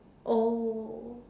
oh